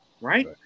Right